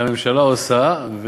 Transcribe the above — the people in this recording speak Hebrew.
שהממשלה עושה.